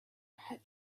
had